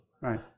Right